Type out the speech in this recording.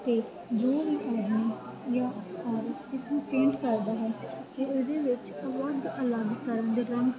ਅਤੇ ਜੋ ਵੀ ਆਦਮੀ ਜਾਂ ਔਰਤ ਇਸਨੂੰ ਪੇਂਟ ਕਰਦਾ ਹੈ ਅਤੇ ਇਹਦੇ ਵਿੱਚ ਅਲੱਗ ਅਲੱਗ ਤਰ੍ਹਾਂ ਦੇ ਰੰਗ